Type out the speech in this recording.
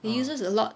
it uses a lot